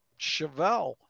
Chevelle